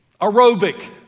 aerobic